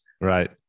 Right